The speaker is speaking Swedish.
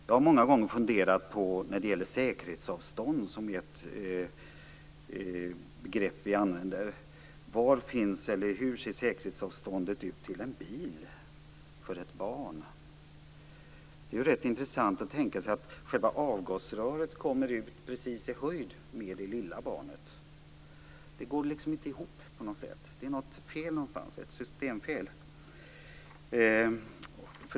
Jag har många gånger funderat på säkerhetsavstånd, som är ett begrepp vi använder. Hur ser säkerhetsavståndet ut till en bil för ett barn? Det är rätt intressant att tänka sig att själva avgasröret kommer ut precis i höjd med det lilla barnet. Det går på något sätt inte ihop. Det finns ett systemfel någonstans.